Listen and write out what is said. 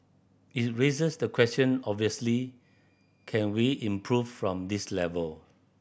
it raises the question obviously can we improve from this level